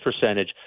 percentage